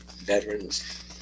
veterans